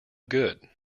good